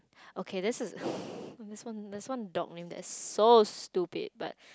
okay this is there's one there's one dog name that is so stupid but